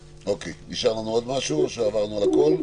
אוקיי, נשאר לנו עוד משהו או שעברנו על הכול?